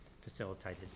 facilitated